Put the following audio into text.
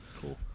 cool